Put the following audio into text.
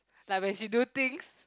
like when she do things